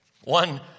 One